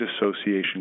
association